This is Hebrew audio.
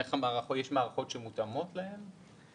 יש מערכות שמותאמות להם?